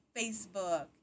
Facebook